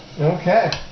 Okay